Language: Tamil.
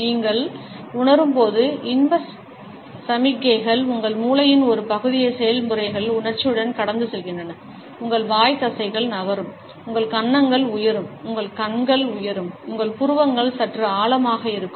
நீங்கள் உணரும்போது இன்ப சமிக்ஞைகள் உங்கள் மூளையின் ஒரு பகுதியை செயல்முறைகள் உணர்ச்சியுடன் கடந்து செல்கின்றன உங்கள் வாய் தசைகள் நகரும் உங்கள் கன்னங்கள் உயரும் உங்கள் கண்கள் உயரும் உங்கள் புருவங்கள் சற்று ஆழமாக இருக்கும்